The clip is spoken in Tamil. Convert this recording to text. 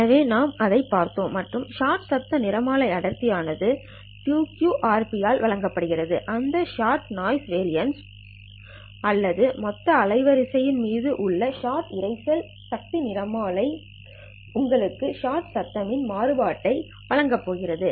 எனவே நாம் அதைப் பார்த்தோம் மற்றும் ஷாட் சத்தம் நிறமாலை அடர்த்தி ஆனது 2qRP ஆல் வழங்கப்படுகிறது அந்த ஷாட் நாய்ஸ் வெரியன்ஸ் அல்லது மொத்த அலைவரிசை யின் மீது உள்ள ஷாட் இரைச்சல் சக்தி நிறமாலை அடர்த்தி உங்களுக்கு ஷாட் சத்தம் மாறுபாட்டை வழங்கப் போகிறது